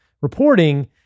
reporting